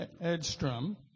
Edstrom